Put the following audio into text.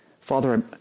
father